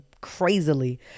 crazily